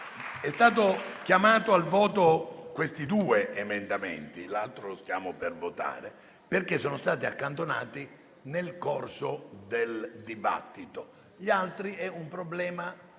stati chiamati al voto questi due emendamenti (l'altro lo stiamo per votare), perché sono stati accantonati nel corso del dibattito. Gli altri sono